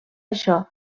això